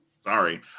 Sorry